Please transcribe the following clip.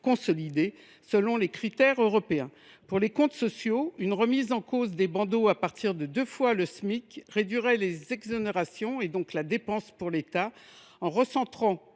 consolidées, selon les critères européens. Pour les comptes sociaux, une remise en cause des bandeaux à partir de deux fois le Smic réduirait les exonérations et donc la dépense pour l’État. Ces exonérations